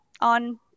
on